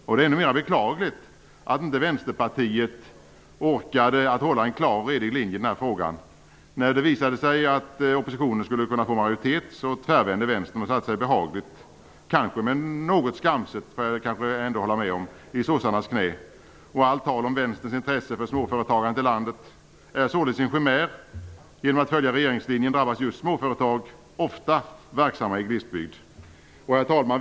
Det är ännu mer beklagligt att inte Vänsterpartiet orkade att hålla en klar redig linje i den här frågan. När det visade sig att oppositionen skulle kunna få majoritet tvärvände Vänstern och satte sig, behagligt kanske, men något skamset får jag ändå hålla med om, i socialdemokraternas knä. Allt tal om Vänsterns intresse för småföretagandet i landet är således en chimär. Genom att man följer regeringslinjen drabbas just småföretag, ofta verksamma i glesbygd. Herr talman!